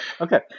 Okay